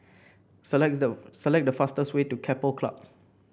select the select the fastest way to Keppel Club